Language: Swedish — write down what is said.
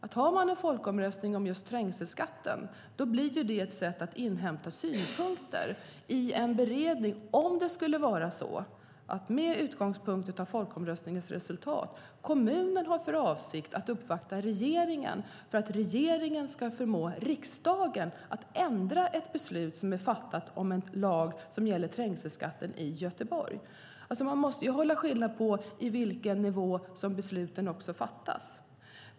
Om man har en folkomröstning om just trängselskatten blir det ett sätt att inhämta synpunkter i en beredning - om kommunen med utgångspunkt från folkomröstningens resultat skulle ha för avsikt att uppvakta regeringen för att regeringen ska förmå riksdagen att ändra ett beslut som är fattat och som gäller trängselskatten i Göteborg. Man måste hålla isär nivåerna på vilka besluten fattas.